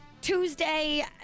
Tuesday